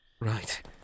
Right